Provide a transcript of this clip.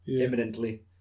imminently